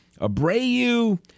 Abreu